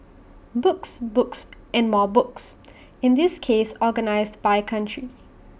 books books and more books in this case organised by country